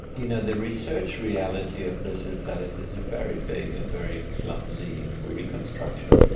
you know, the research reality of this is that it is a very big and very clumsy reconstruction.